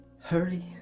Hurry